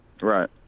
Right